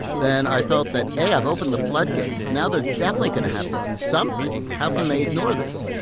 then i felt that, a, i've opened the floodgates. now they're definitely going to have to do something. how can they ignore this?